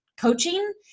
coaching